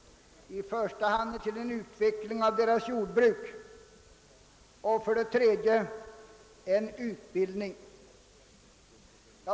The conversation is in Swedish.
— i första hand till utveckling av deras jordbruk — och utbildning.